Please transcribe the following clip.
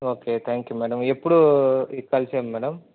okay thank you madam ఎప్పుడు కలిసేది madam